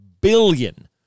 billion